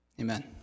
Amen